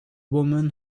woman